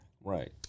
Right